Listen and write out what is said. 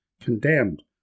condemned